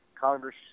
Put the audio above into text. Congress